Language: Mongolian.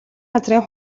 газрын